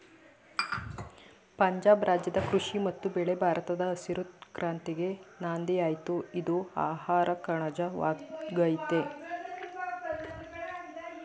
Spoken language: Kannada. ಪಂಜಾಬ್ ರಾಜ್ಯದ ಕೃಷಿ ಮತ್ತು ಬೆಳೆ ಭಾರತದ ಹಸಿರು ಕ್ರಾಂತಿಗೆ ನಾಂದಿಯಾಯ್ತು ಇದು ಆಹಾರಕಣಜ ವಾಗಯ್ತೆ